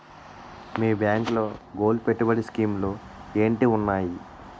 మీ బ్యాంకులో గోల్డ్ పెట్టుబడి స్కీం లు ఏంటి వున్నాయి?